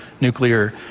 nuclear